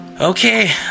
Okay